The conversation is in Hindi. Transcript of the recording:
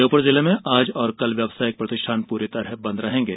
श्योपुर जिले में आज और कल व्यापारिक प्रतिष्ठान पूरी तरह बंद रहेंगे